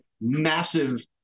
massive